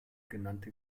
genannte